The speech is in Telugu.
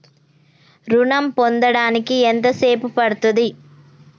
ఋణం పొందడానికి ఎంత సేపు పడ్తుంది?